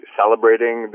celebrating